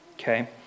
Okay